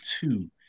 two